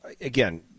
again